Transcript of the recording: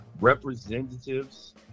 representatives